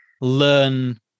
learn